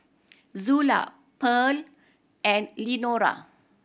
Zula Pearl and Lenora